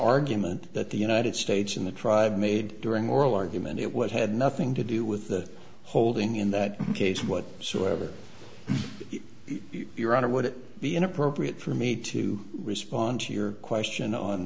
argument that the united states in the tribe made during oral argument it was had nothing to do with the holding in that case what so ever your honor would it be inappropriate for me to respond to your question on